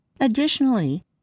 Additionally